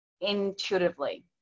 intuitively